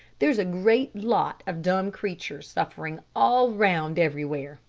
there's a great lot of dumb creatures suffering all round everywhere,